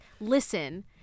listen